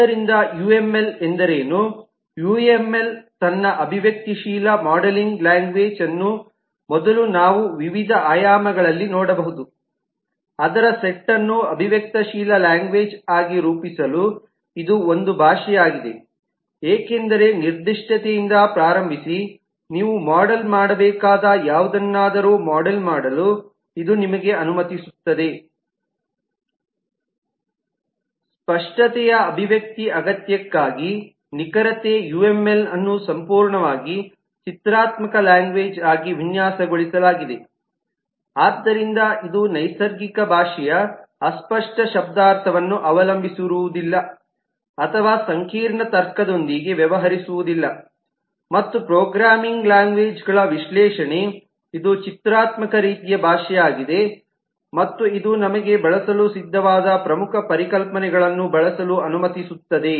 ಆದ್ದರಿಂದ ಯುಎಂಎಲ್ ಎಂದರೇನು ಯುಎಂಎಲ್ ತನ್ನ ಅಭಿವ್ಯಕ್ತಿಶೀಲ ಮಾಡೆಲಿಂಗ್ ಲ್ಯಾಂಗ್ವೇಜ್ನ್ನು ಮೊದಲು ನಾವು ವಿವಿಧ ಆಯಾಮಗಳಲ್ಲಿ ನೋಡಬಹುದು ಅದರ ಸೆಟ್ ಅನ್ನು ಅಭಿವ್ಯಕ್ತಿಶೀಲ ಲ್ಯಾಂಗ್ವೇಜ್ ಆಗಿ ರೂಪಿಸಲು ಇದು ಒಂದು ಭಾಷೆಯಾಗಿದೆ ಏಕೆಂದರೆ ನಿರ್ದಿಷ್ಟತೆಯಿಂದ ಪ್ರಾರಂಭಿಸಿ ನೀವು ಮಾಡೆಲ್ ಮಾಡಬೇಕಾದ ಯಾವುದನ್ನಾದರೂ ಮಾಡೆಲ್ ಮಾಡಲು ಇದು ನಿಮಗೆ ಅನುಮತಿಸುತ್ತದೆ ಸ್ಪಷ್ಟತೆಯ ಅಭಿವ್ಯಕ್ತಿ ಅಗತ್ಯಕ್ಕಾಗಿ ನಿಖರತೆ ಯುಎಂಎಲ್ ಅನ್ನು ಸಂಪೂರ್ಣವಾಗಿ ಚಿತ್ರಾತ್ಮಕ ಲ್ಯಾಂಗ್ವೇಜ್ಆಗಿ ವಿನ್ಯಾಸಗೊಳಿಸಲಾಗಿದೆ ಆದ್ದರಿಂದ ಇದು ನೈಸರ್ಗಿಕ ಭಾಷೆಯ ಅಸ್ಪಷ್ಟ ಶಬ್ದಾರ್ಥವನ್ನು ಅವಲಂಬಿಸಿರುವುದಿಲ್ಲ ಅಥವಾ ಸಂಕೀರ್ಣ ತರ್ಕದೊಂದಿಗೆ ವ್ಯವಹರಿಸುವುದಿಲ್ಲ ಮತ್ತು ಪ್ರೋಗ್ರಾಮಿಂಗ್ ಲ್ಯಾಂಗ್ವೇಜ್ ಗಳ ವಿಶ್ಲೇಷಣೆ ಇದು ಚಿತ್ರಾತ್ಮಕ ರೀತಿಯ ಭಾಷೆಯಾಗಿದೆ ಮತ್ತು ಇದು ನಮಗೆ ಬಳಸಲು ಸಿದ್ಧವಾದ ಪ್ರಮುಖ ಪರಿಕಲ್ಪನೆಗಳನ್ನು ಬಳಸಲು ಅನುಮತಿಸುತ್ತದೆ